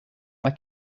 why